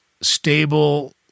stable